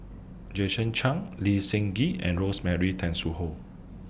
Jason Chan Lee Seng Gee and Rosemary Tessensohn